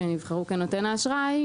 שנבחרו כנותן האשראי,